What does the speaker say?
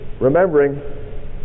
remembering